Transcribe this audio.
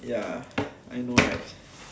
ya I know right